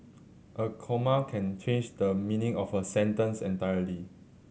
a comma can change the meaning of a sentence entirely